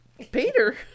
Peter